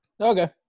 Okay